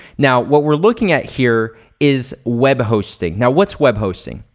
now, what we're looking at here is web hosting. now, what's web hosting?